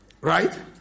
Right